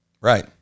Right